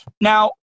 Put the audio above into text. now